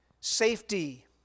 safety